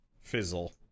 fizzle